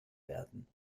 werden